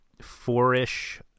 four-ish